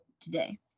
today